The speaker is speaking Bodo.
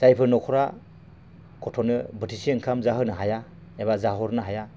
जायफोर न'खरा गथ'नो बोथिसे ओंखाम जाहोनो हाया एबा जाहोहरनो हाया